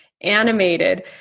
animated